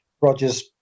Roger's